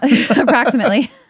approximately